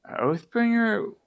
oathbringer